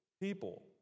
people